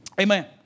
Amen